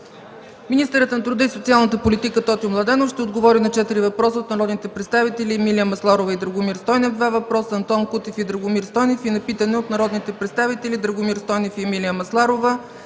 Министърът на труда и социалната политика Тотю Младенов ще отговори на четири въпроса от народните представители Емилия Масларова и Драгомир Стойнев – 2 въпроса, Антон Кутев, и Драгомир Стойнев и на питане от народните представители Драгомир Стойнев и Емилия Масларова.